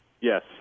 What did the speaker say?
yes